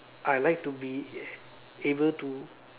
I like to be able to